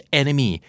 enemy